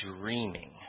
dreaming